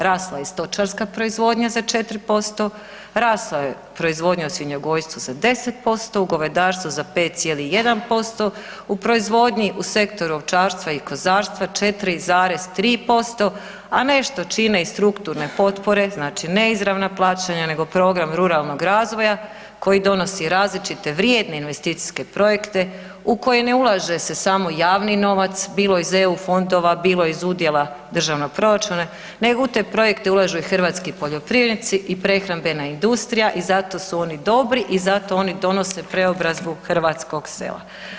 Rasla je i stočarska proizvodnja za 4%, rasla je proizvodnja u svinjogojstvu za 10%, u govedarstvu za 5,1%, u proizvodnji u sektoru ovčarstva i kozarstva 4,3%, a nešto čine i strukturne potpore znači neizravna plaćanja nego program ruralnog razvoja koji donosi različite vrijedne investicijske projekte u koje se ne ulaže samo javni novac, bilo iz eu fondova, bilo iz udjela državnog proračuna nego u te projekte ulažu i hrvatski poljoprivrednici i prehrambena industrija i zato su oni dobri i zato oni donose preobrazbu hrvatskog sela.